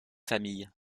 famille